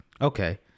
okay